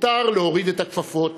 מותר להוריד את הכפפות,